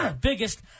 biggest